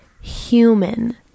human